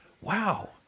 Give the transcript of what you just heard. Wow